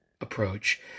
approach